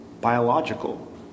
biological